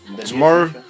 tomorrow